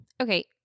okay